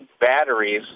batteries